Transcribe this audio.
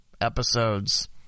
episodes